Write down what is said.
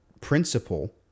principle